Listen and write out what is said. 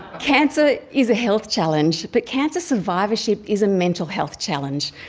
cancer is a health challenge, but cancer survivorship is a mental health challenge.